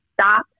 stop